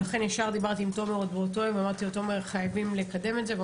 לכן דיברתי עם תומר עוד באותו יום ואמרתי לו שחייבים לקדם את זה והוא